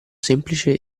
semplice